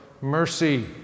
mercy